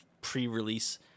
pre-release